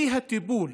אי-הטיפול,